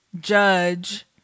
judge